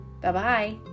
Bye-bye